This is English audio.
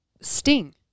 sting